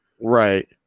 Right